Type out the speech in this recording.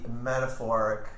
metaphoric